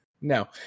No